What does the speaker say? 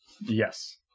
Yes